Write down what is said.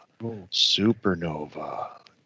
supernova